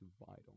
vital